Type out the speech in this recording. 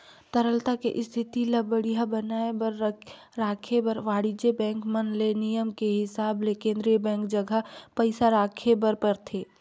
तरलता के इस्थिति ल बड़िहा बनाये बर राखे बर वाणिज्य बेंक मन ले नियम के हिसाब ले केन्द्रीय बेंक जघा पइसा राखे बर परथे